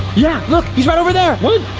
yeah, look he's right over there. what?